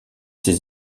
ses